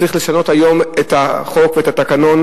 צריך לשנות היום את החוק ואת התקנון,